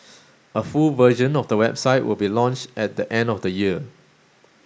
a full version of the website will be launched at the end of the year